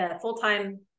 full-time